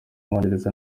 w’umwongereza